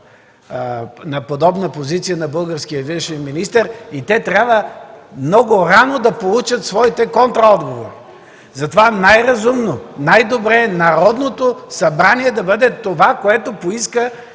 на подобна позиция на българския външен министър и те трябва много рано да получат своите контраотговори. Затова най-разумно, най-добре е Народното събрание да бъде това, което поиска